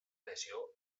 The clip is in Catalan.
lesió